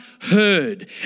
heard